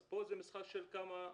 כן.